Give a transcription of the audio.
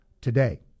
today